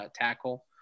tackle